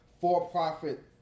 for-profit